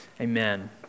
Amen